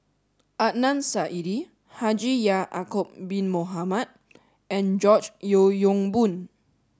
Adnan Saidi Haji Ya'acob Bin Mohamed and George Yeo Yong Boon